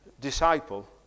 disciple